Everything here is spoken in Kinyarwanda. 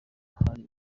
hari